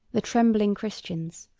the trembling christians,